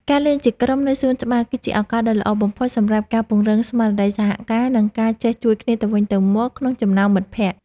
ការលេងជាក្រុមនៅសួនច្បារ គឺជាឱកាសដ៏ល្អបំផុតសម្រាប់ការពង្រឹងស្មារតីសហការ និងការចេះជួយគ្នាទៅវិញទៅមកក្នុងចំណោមមិត្តភក្តិ។